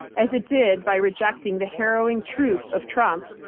as it did by rejecting the harrowing truth of trump,